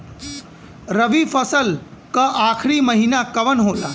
रवि फसल क आखरी महीना कवन होला?